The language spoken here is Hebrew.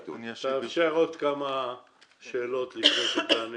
נאפשר עוד כמה שאלות לפני שהיא תענה.